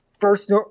first